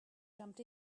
jumped